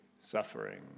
suffering